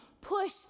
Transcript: push